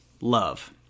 love